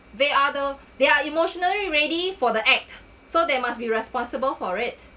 they are the they are emotionally ready for the act so there must be responsible for it